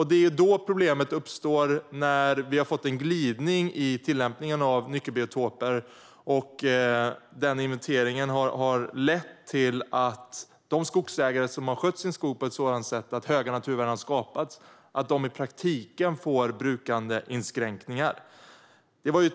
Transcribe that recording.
Det är då problemet uppstår - när vi har fått en glidning i tillämpningen av begreppet "nyckelbiotoper" och inventeringen har lett till att de skogsägare som har skött sin skog på ett sådant sätt att stora naturvärden har skapats i praktiken får brukandeinskränkningar.